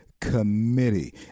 Committee